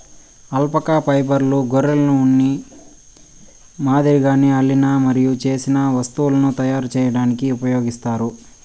alpaca ఫైబర్ను గొర్రెల ఉన్ని మాదిరిగానే అల్లిన మరియు నేసిన వస్తువులను తయారు చేయడానికి ఉపయోగిస్తారు